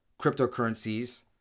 cryptocurrencies